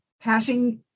passing